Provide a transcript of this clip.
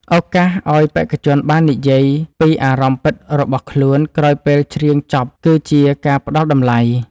ឱកាសឱ្យបេក្ខជនបាននិយាយពីអារម្មណ៍ពិតរបស់ខ្លួនក្រោយពេលច្រៀងចប់គឺជាការផ្ដល់តម្លៃ។